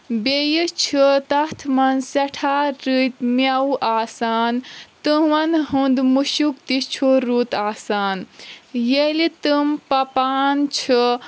بیٚیہِ چھِ تتھ منٛز سٮ۪ٹھاہ رٔتۍ مٮ۪وٕ آسان تِمن ہُنٛد مُشُک تہِ چھُ رُت آسان ییٚلہِ تِم پپان چھِ